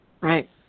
Right